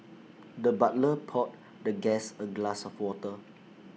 the butler poured the guest A glass of water